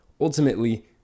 ultimately